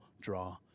draw